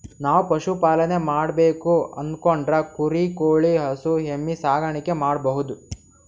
ನಾವ್ ಪಶುಪಾಲನೆ ಮಾಡ್ಬೇಕು ಅನ್ಕೊಂಡ್ರ ಕುರಿ ಕೋಳಿ ಹಸು ಎಮ್ಮಿ ಸಾಕಾಣಿಕೆ ಮಾಡಬಹುದ್